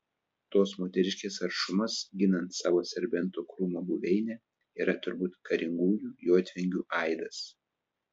tos moteriškės aršumas ginant savo serbento krūmo buveinę yra turbūt karingųjų jotvingių aidas